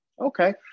okay